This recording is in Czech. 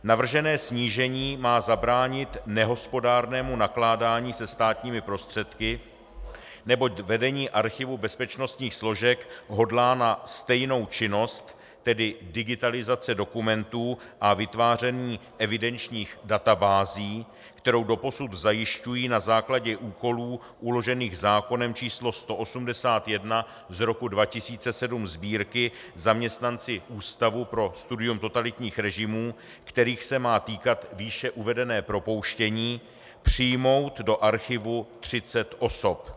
Navržené snížení má zabránit nehospodárnému nakládání se státními prostředky, neboť vedení Archivu bezpečnostních složek hodlá na stejnou činnost, tedy digitalizaci dokumentů a vytváření evidenčních databází, kterou doposud zajišťují na základě úkolů uložených zákonem č. 181/2007 Sb. zaměstnanci Ústavu pro studium totalitních režimů, kterých se má týkat výše uvedené propouštění, přijmout do archivu 30 osob.